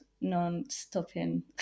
non-stopping